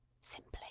simply